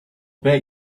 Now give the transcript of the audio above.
bet